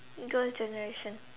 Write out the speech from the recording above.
girl's generation